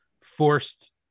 forced